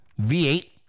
V8